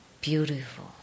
beautiful